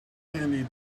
candy